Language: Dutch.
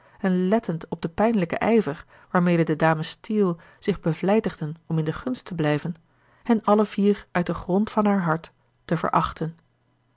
en lettend op den pijnlijken ijver waarmede de dames steele zich bevlijtigden om in de gunst te blijven hen alle vier uit den grond van haar hart te verachten